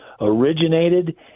originated